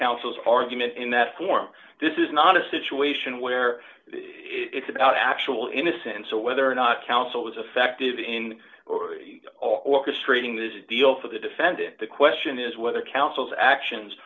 counsel's argument in that form this is not a situation where it's about actual innocence and so whether or not counsel was effective in orchestrating this deal for the defendant the question is whether counsel's actions